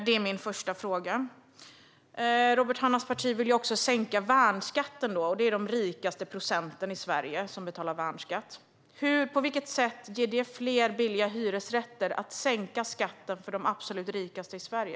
Det är min första fråga. Robert Hannahs parti vill även sänka värnskatten. Det är den rikaste procenten i Sverige som betalar värnskatt. På vilket sätt ger det fler billiga hyresrätter att sänka skatten för de absolut rikaste i Sverige?